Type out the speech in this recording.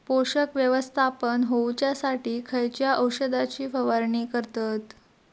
पोषक व्यवस्थापन होऊच्यासाठी खयच्या औषधाची फवारणी करतत?